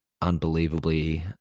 unbelievably